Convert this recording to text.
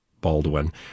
Baldwin